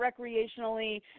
recreationally